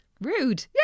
Rude